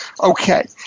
Okay